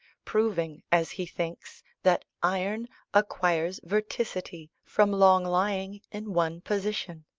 proving, as he thinks, that iron acquires verticity from long lying in one position.